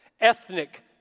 ethnic